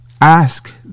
Ask